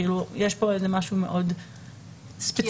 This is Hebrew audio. יש פה משהו מאוד ספציפי.